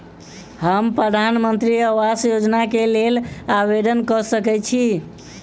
हम प्रधानमंत्री आवास योजना केँ लेल आवेदन कऽ सकैत छी?